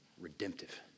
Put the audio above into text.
redemptive